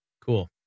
Cool